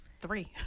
three